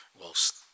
Whilst